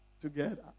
together